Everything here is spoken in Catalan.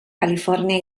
califòrnia